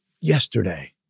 yesterday